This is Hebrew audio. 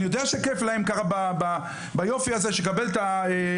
אני יודע שכיף להם ככה ביופי הזה שלקבל את הריפוד